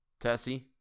Tessie